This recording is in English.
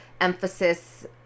emphasis